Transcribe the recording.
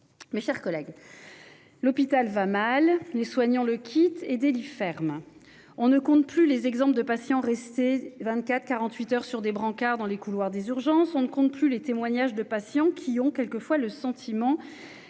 Mes chers collègues, l'hôpital va mal ! Les soignants le quittent et des lits ferment. On ne compte plus les exemples de patients restés vingt-quatre, quarante-huit heures sur des brancards dans les couloirs des urgences ; on ne compte plus les témoignages de patients qui ont parfois le sentiment